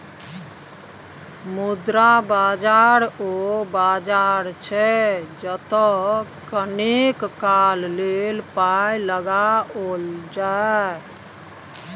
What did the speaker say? मुद्रा बाजार ओ बाजार छै जतय कनेक काल लेल पाय लगाओल जाय